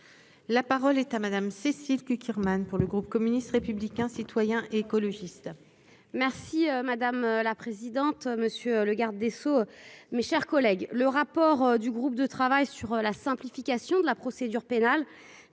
La parole est à Madame Cécile Cukierman pour le groupe communiste, républicain, citoyen et écologiste. Merci madame la présidente, monsieur le garde des sceaux, mes chers collègues, le rapport du groupe de travail sur la simplification de la procédure pénale